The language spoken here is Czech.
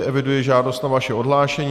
Eviduji žádost o vaše odhlášení.